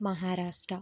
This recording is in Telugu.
మహారాష్ట్ర